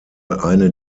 eine